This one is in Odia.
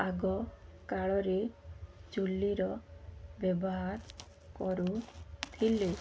ଆଗକାଳରେ ଚୂଲିର ବ୍ୟବହାର କରୁଥିଲେ